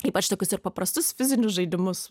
ypač tokius ir paprastus fizinius žaidimus